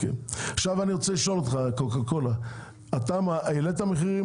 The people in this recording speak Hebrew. אני רוצה לשאול אותך, קוקה קולה אתה העלית מחירים